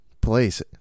place